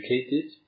educated